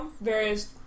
various